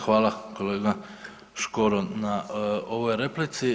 Hvala kolega Škoro na ovoj replici.